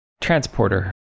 Transporter